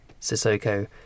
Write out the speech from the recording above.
Sissoko